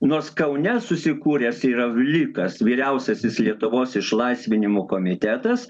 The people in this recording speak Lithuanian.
nors kaune susikūręs yra vlikas vyriausiasis lietuvos išlaisvinimo komitetas